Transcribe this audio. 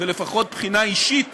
ולפחות מבחינה אישית